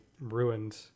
ruined